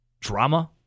Drama